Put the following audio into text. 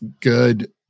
good